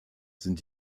sind